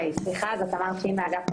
היי, סליחה, זאת תמר צ'ין מאגף התקציבים.